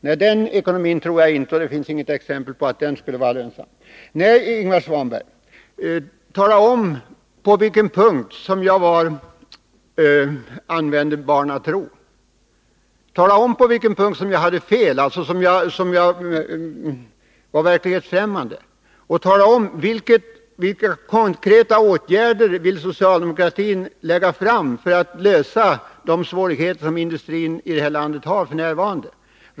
Nej, på den ekonomin tror jag inte, och det finns inget exempel på att den skulle vara lönsam. Nej, Ingvar Svanberg, tala om på vilken punkt jag litade till barnatron, tala om på vilken punkt jag hade fel, på vilken punkt jag uttalade mig verklighetsfrämmande! Tala om vilka konkreta åtgärder som socialdemokratin vill lägga fram förslag om för att lösa de svårigheter som industrin i det här landet har f. n.